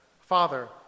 Father